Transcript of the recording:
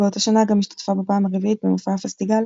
באותה שנה גם השתתפה בפעם הרביעית במופע הפסטיגל,